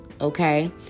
Okay